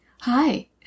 Hi